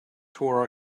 tore